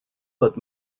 but